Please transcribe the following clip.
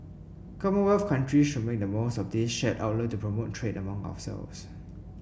commonwealth countries should make the most of this shared outlook to promote trade among ourselves